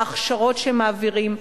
ההכשרות שהם מעבירים,